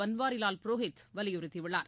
பன்வாரிலால் புரோகித் வலியுறுத்தியுள்ளார்